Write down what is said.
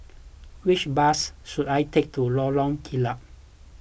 which bus should I take to Lorong Kilat